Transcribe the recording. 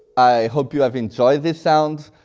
i hope you have enjoyed these sounds,